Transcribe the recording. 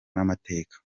n’amateka